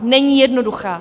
Není jednoduchá.